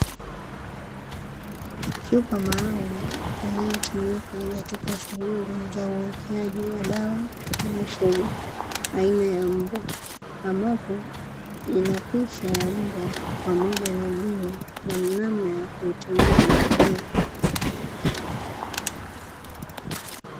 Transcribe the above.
Chupa maalumu inayotumika katika shughuli za uwekeaji wa dawa za mifugo aina ya mbwa, ambapo ina picha ya mbwa pamoja na jina na namna ya kuitumia dawa hiyo.